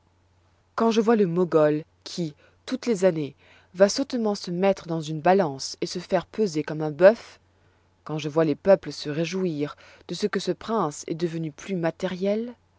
quand je vois le mogol qui toutes les années va sottement se mettre dans une balance et se faire peser comme un bœuf quand je vois les peuples se réjouir de ce que ce prince est devenu plus matériel